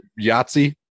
Yahtzee